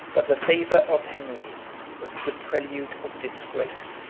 but the favor of henry was the prelude of disgrace